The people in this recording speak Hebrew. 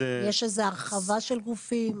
יש הרחבה של גופים?